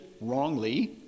wrongly